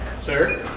sir.